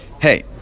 Hey